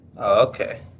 Okay